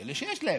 על אלה שיש להם.